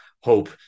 hope